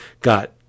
got